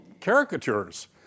caricatures